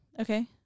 Okay